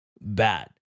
bad